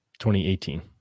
2018